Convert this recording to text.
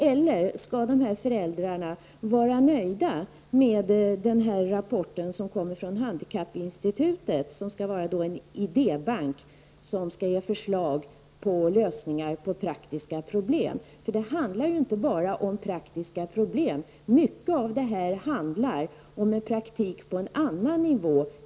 Eller skall dessa föräldrar vara nöjda med rapporten från handikappinstitutet, som skall vara en idébank som skall ge förslag till lösningar på praktiska problem? Det handlar inte bara om praktiska problem. Många av dessa frågor rör sig på en annan nivå.